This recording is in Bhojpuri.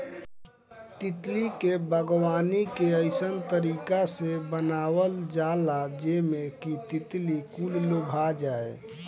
तितली के बागवानी के अइसन तरीका से बनावल जाला जेमें कि तितली कुल लोभा जाये